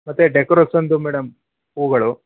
ಮತ್ತೆ ಡೆಕೊರೋಸನ್ದು ಮೇಡಮ್ ಹೂಗಳು